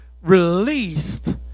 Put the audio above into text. released